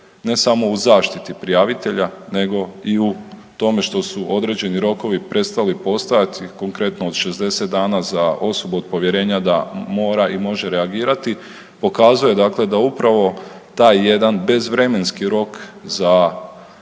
ne samo u zaštiti prijavitelja nego i u tome što su određeni rokovi prestali postojati, konkretno od 60 dana za osobu od povjerenja da mora i može reagirati pokazuje dakle da upravo taj jedan bezvremenski rok za